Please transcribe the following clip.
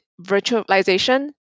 Virtualization